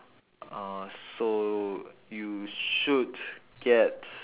uh so you should get